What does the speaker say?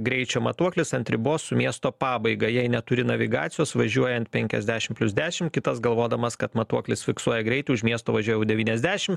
greičio matuoklis ant ribos su miesto pabaiga jei neturi navigacijos važiuojant penkiasdešim plius dešim kitas galvodamas kad matuoklis fiksuoja greitį už miesto važiuoja jau devyniasdešim